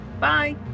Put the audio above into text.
Bye